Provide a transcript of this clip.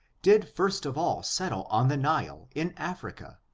did first of all settle on the nile, in africa,